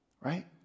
right